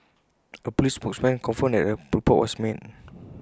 A Police spokesman confirmed that A report was made